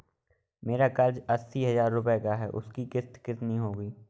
मेरा कर्ज अस्सी हज़ार रुपये का है उसकी किश्त कितनी होगी?